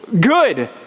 good